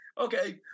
Okay